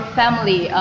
family